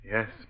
Yes